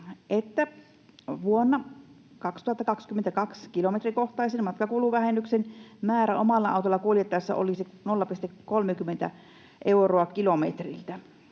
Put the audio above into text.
että vuonna 2022 kilometrikohtaisen matkakuluvähennyksen määrä omalla autolla kuljettaessa olisi 0,30 euroa kilometriltä.”